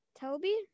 Toby